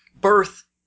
birth